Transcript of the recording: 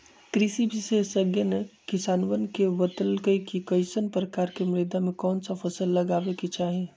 कृषि विशेषज्ञ ने किसानवन के बतल कई कि कईसन प्रकार के मृदा में कौन सा फसल लगावे के चाहि